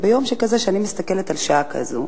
ביום שכזה, כשאני מסתכלת על שעה כזאת,